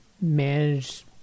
manage